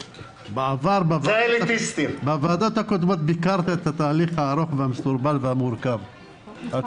בוועדות הקודמות ביקרת את התהליך הארוך והמסורבל והמורכב.